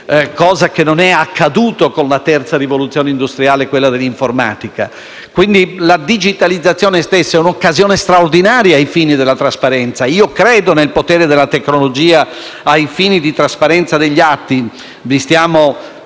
Cosa che non è accaduta con la terza rivoluzione industriale, quella dell'informatica. Quindi la digitalizzazione è un'occasione straordinaria ai fini della trasparenza. Io credo nel potere della tecnologia ai fini di trasparenza degli atti;